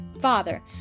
Father